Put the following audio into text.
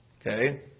Okay